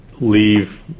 leave